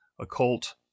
occult